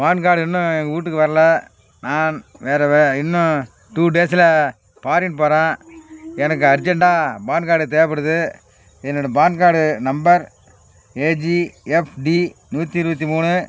பான் card இன்னும் எங்கள் வீட்டுக்கு வரல நான் வேறு வே இன்னும் டூ டேஸில் பாரின் போகிறேன் எனக்கு அர்ஜெண்ட்டாக பான் கார்டு தேவைப்படுது என்னோடய PAN card number A G F D நூற்றி இருபத்தி மூணு